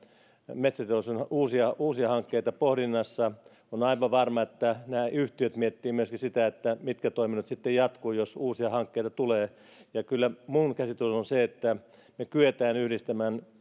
metsäteollisuuden uusia uusia hankkeita pohdinnassa on aivan varma että nämä yhtiöt miettivät myöskin sitä mitkä toiminnot sitten jatkuvat jos uusia hankkeita tulee ja kyllä minun käsitykseni on se että me kykenemme yhdistämään